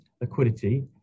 liquidity